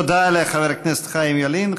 תודה לחבר הכנסת חיים ילין.